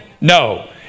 no